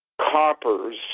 coppers